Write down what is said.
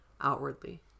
outwardly